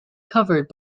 covered